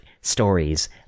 stories